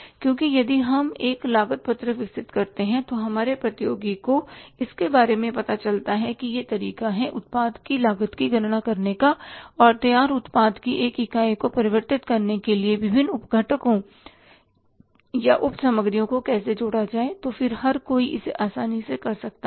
क्योंकि यदि हम एक लागत पत्रक विकसित करते हैं और हमारे प्रतियोगी को इसके बारे में पता चलता है कि यह तरीका है उत्पाद की लागत की गणना करने का और तैयार उत्पाद की एक इकाई को परिवर्तित करने के लिए विभिन्न उप घटकों या उप सामग्रियों को कैसे जोड़ा जाए तो फिर हर कोई इसे आसानी से कर सकता है